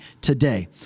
today